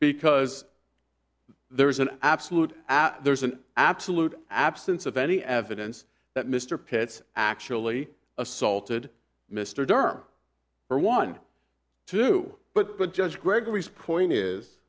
because there is an absolute there's an absolute absence of any evidence that mr pitts actually assaulted mr derm or one two but the judge gregory's point is